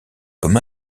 comme